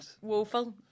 woeful